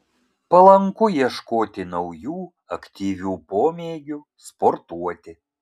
palanku ieškoti naujų aktyvių pomėgių sportuoti